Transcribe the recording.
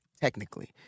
technically